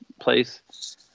place